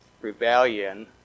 rebellion